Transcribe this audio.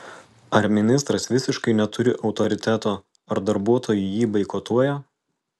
ar ministras visiškai neturi autoriteto ar darbuotojai jį boikotuoja